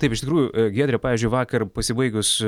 taip iš tikrųjų giedre pavyzdžiui vakar pasibaigus